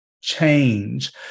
change